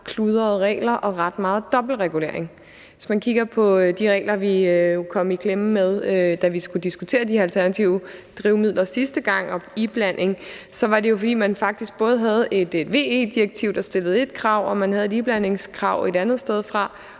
kludrede regler og ret meget dobbeltregulering. Vi kom i klemme med de regler, da vi skulle diskutere de alternative drivmidler og iblanding sidste gang, fordi man faktisk både havde et VE-direktiv, der stillede ét krav, og man havde et iblandingskrav et andet sted fra,